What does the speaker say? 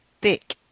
thick